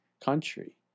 country